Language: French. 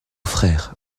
frères